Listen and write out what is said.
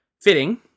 Fitting